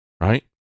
Right